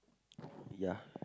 ya